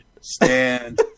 stand